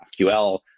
GraphQL